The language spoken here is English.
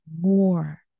more